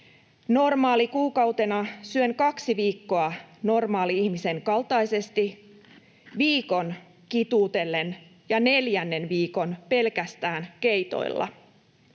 Normaalikuukautena syön kaksi viikkoa normaali-ihmisen kaltaisesti, viikon kituutellen ja neljännen viikon pelkästään keitoilla.